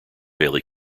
daily